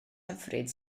hyfryd